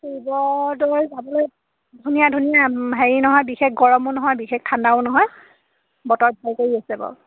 পূৰ্বৰ দৰে চাবলৈ ধুনীয়া ধুনীয়া হেৰি নহয় বিশেষ গৰমো নহয় বিশেষ ঠাণ্ডাও নহয় বতৰ ভাল কৰি আছে বাৰু